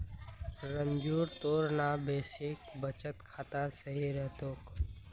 रंजूर तोर ना बेसिक बचत खाता सही रह तोक